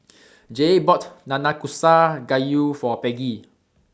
Jay bought Nanakusa Gayu For Peggy